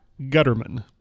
Gutterman